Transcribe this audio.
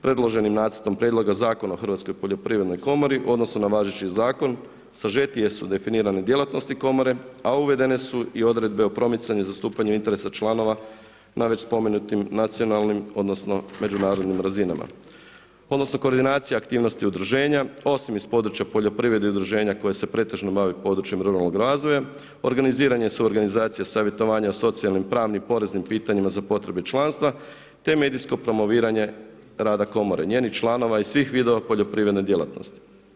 Predloženim nacrtom prijedloga Zakona o hrvatskoj poljoprivrednoj komori, odnosno na važeći zakon, sažetije su definirane djelatnosti komore, a uvedene su i odredbe o promicanju zastupanju interesa članova na već spomenutim nacionalnim, odnosno međunarodnim razinama, odnosno koordinacija aktivnosti udruženja, osim iz područja poljoprivrede i udruženja koje se pretežno bave područjem ruralnog razvoja, organiziranje, suorganizacija, savjetovanja o socijalnim, pravnim, poreznim pitanjima za potrebe članstva te medijsko promoviranje rada komore, njenih članova iz svih vidova poljoprivredne djelatnosti.